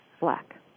Black